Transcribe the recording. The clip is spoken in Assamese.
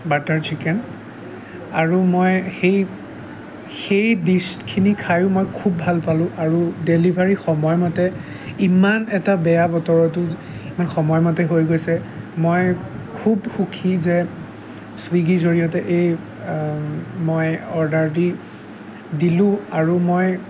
বাটাৰ চিকেন আৰু মই সেই সেই ডিছখিনি খাইয়ো মই খুব ভাল পালো আৰু ডেলিভাৰী সময়মতে ইমান এটা বেয়া বতৰতো সময়মতে হৈ গৈছে মই খুব সুখী যে ছুইগীৰ জৰিয়তে এই মই অৰ্ডাৰ দি দিলো আৰু মই